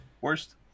worst